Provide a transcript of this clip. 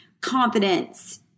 confidence